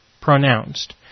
pronounced